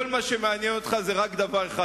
וכל מה שמעניין אותך זה רק דבר אחד,